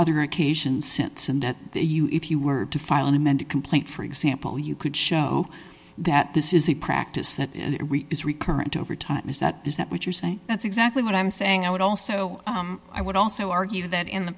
other occasions since in that they you if you were to file an amended complaint for example you could show that this is a practice that is recurrent over time is that is that what you're saying that's exactly what i'm saying i would also i would also argue that in the